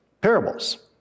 parables